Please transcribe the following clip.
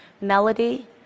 Melody